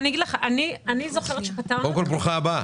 עזריה, ברוכה הבאה.